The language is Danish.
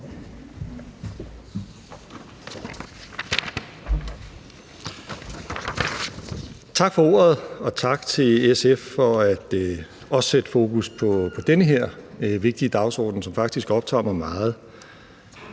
Tak for ordet, og tak til SF for også at sætte fokus på den her vigtige dagsorden, som faktisk optager mig meget.